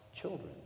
children